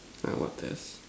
my WhatsApp